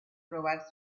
probar